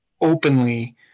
openly